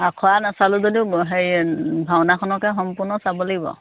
আখৰা নাচালোঁ যদিও হেৰি ভাওনাখনকে সম্পূৰ্ণ চাব লাগিব আৰু